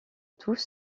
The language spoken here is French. tous